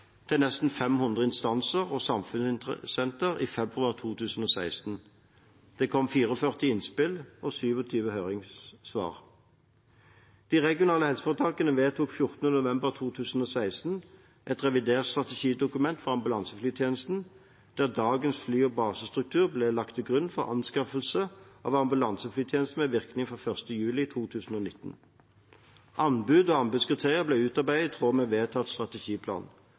høring til nesten 500 instanser og samfunnsinteressenter i februar 2016. Det kom 44 innspill og 27 høringssvar. De regionale helseforetakene vedtok 14. november 2016 et revidert strategidokument for ambulanseflytjenesten, der dagens fly- og basestruktur ble lagt til grunn for anskaffelse av ambulanseflytjenester med virkning fra 1. juli 2019. Anbud og anbudskriterier ble utarbeidet i tråd med vedtatt strategiplan.